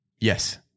Yes